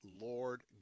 Lord